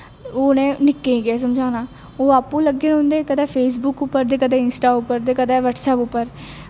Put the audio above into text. उ'नें निक्कें गी केह् समझाना ओह् आपूं लग्गे दे रौंह्दे न कदें फेसबुक उप्पर ते कदें इंस्टा उप्पर ते कदें ब्हटसैप उप्पर